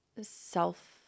self